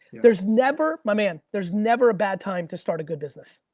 there's never my man, there's never a bad time to start a good business.